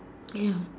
ya